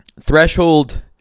threshold